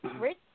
Rich